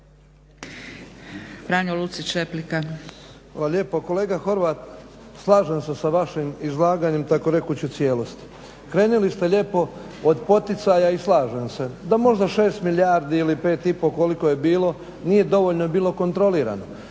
Franjo (HDZ)** Hvala lijepo. Kolega Horvat, slažem se sa vašim izlaganjem, takorekoć u cijelosti. Krenuli ste lijepo od poticaja i slažem se da možda 6 milijardi ili 5 i pol, koliko je bilo nije dovoljno bilo kontrolirano,